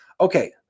Okay